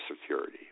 Security